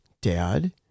dad